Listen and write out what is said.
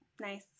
Nice